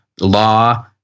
law